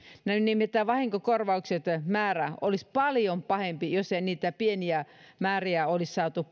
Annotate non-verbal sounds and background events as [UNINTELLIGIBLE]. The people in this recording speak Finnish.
nimittäin vahinkokorvausten määrä olisi paljon pahempi jos ei niitä pieniä määriä ahmoja olisi saatu [UNINTELLIGIBLE]